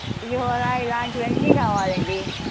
పులిహోర ఇలాంటివి అన్నీ కావాలండి